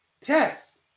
test